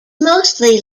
mostly